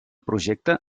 projecte